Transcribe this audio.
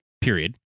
period